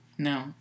No